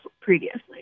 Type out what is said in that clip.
previously